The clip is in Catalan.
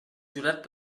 jurat